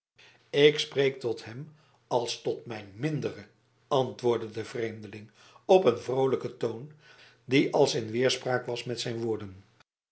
ik spreek tot hem als tot mijn mindere antwoordde de vreemdeling op een vroolijken toon die als in weerspraak was met zijn woorden